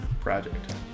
project